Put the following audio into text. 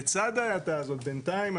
לצד ההאטה הזאת בינתיים,